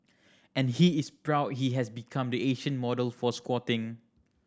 and he is proud he has become the Asian model for squatting